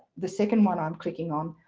the second one i'm clicking on,